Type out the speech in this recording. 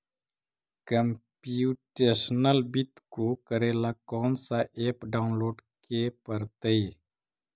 computational वित्त को करे ला कौन स ऐप डाउनलोड के परतई